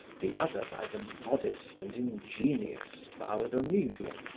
the other by the modest and ingenious baudonivia,